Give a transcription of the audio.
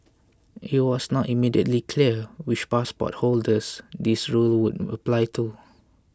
it was not immediately clear which passport holders this rule would apply to